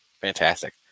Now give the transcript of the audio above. fantastic